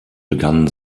begannen